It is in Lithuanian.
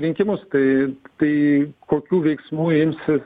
rinkimus kai kai kokių veiksmų imsis